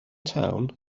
town